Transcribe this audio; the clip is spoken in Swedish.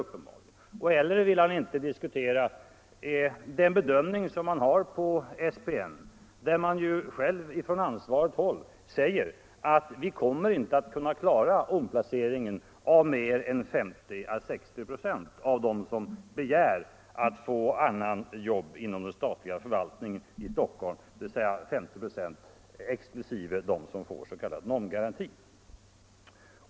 Inte heller vill han diskutera den bedömning som man gör på SPN, där man från ansvarigt håll säger att man inte kommer att kunna klara omplaceringen av mer än 50 å 60 96 av dem som begär att få annat jobb inom den statliga förvaltningen i Stockholm — då exkl. dem som får s.k. NOM-garanti.